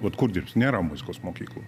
bet kur dirbsi nėra muzikos mokyklų